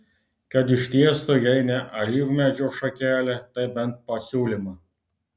kad ištiestų jei ne alyvmedžio šakelę tai bent pasiūlymą